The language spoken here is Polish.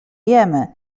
jemy